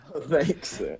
Thanks